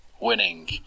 winning